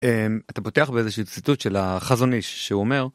אתה פותח באיזושהו ציטוט של החזוני שהוא אומר.